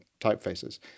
typefaces